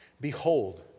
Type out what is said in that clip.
behold